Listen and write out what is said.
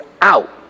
out